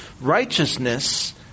Righteousness